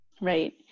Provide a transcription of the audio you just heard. Right